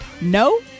no